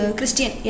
Christian